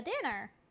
dinner